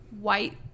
white